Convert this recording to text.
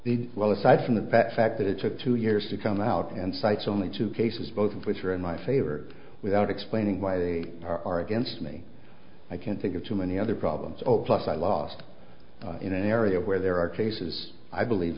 the well aside from the past fact that it took two years to come out and cites only two cases both of which were in my favor without explaining why they are against me i can't think of too many other problems over plus i lost in an area where there are cases i believe